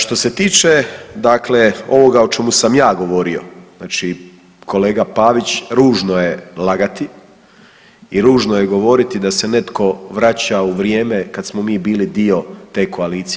Što se tiče dakle ovoga o čemu sam ja govorio, znači kolega Pavić ružno je lagati i ružno je govoriti da se netko vraća u vrijeme kada smo mi bili dio te koalicije.